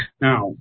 Now